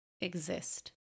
exist